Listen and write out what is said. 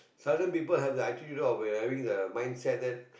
seldom people have the I think you know of having the mindset that